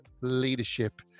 leadership